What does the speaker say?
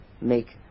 make